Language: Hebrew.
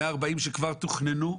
140,000 שכבר תוכננו,